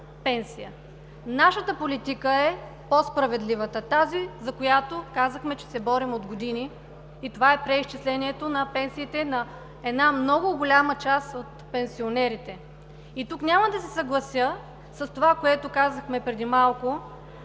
пенсия. Нашата политика е по-справедливата – тази, за която казахме, че се борим от години – това е преизчислението на пенсиите на много голяма част от пенсионерите. Тук няма да се съглася с това, което казахме преди малко,